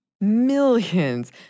millions